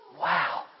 wow